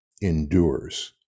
endures